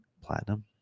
platinum